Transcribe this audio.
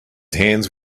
hands